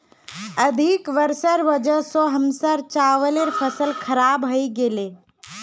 अधिक वर्षार वजह स हमसार चावलेर फसल खराब हइ गेले